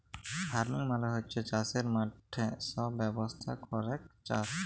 farming মালে হচ্যে চাসের মাঠে সব ব্যবস্থা ক্যরেক চাস